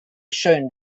schön